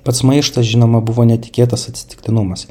pats maištas žinoma buvo netikėtas atsitiktinumas